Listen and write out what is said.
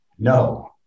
No